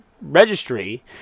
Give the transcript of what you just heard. registry